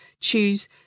choose